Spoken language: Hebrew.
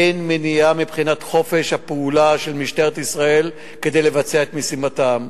אין מניעה מבחינת חופש הפעולה של משטרת ישראל לבצע את משימתם.